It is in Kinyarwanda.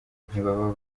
ntibaba